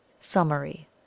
summary